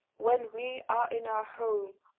when we are in our home,